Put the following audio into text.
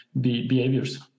behaviors